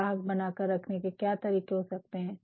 ग्राहक बना कर रखने के और क्या तरीके हो सकते है